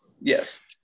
Yes